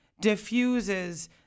diffuses